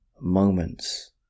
moments